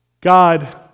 God